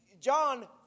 John